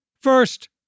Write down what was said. First